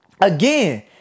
Again